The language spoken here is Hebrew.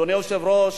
אדוני היושב-ראש,